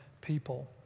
people